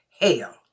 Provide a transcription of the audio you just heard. hell